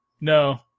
No